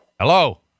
hello